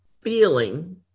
feeling